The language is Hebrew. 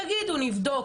תגידו: נבדוק,